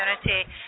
community